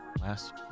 last